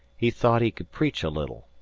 he thought he could preach a little.